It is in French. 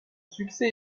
succès